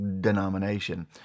denomination